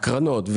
הקרנות.